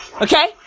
Okay